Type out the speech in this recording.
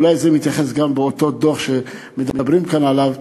אולי מתייחס לזה גם אותו דוח שמדברים כאן עליו,